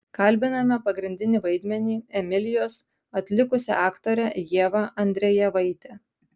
kalbiname pagrindinį vaidmenį emilijos atlikusią aktorę ievą andrejevaitę